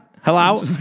Hello